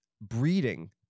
breeding